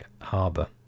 Harbour